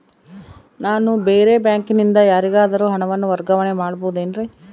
ನಾನು ಬೇರೆ ಬ್ಯಾಂಕಿನಿಂದ ಯಾರಿಗಾದರೂ ಹಣವನ್ನು ವರ್ಗಾವಣೆ ಮಾಡಬಹುದೇನ್ರಿ?